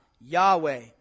Yahweh